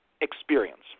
experience